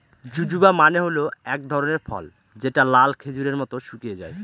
জুজুবা মানে হল এক ধরনের ফল যেটা লাল খেজুরের মত শুকিয়ে যায়